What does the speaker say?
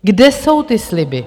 Kde jsou ty sliby?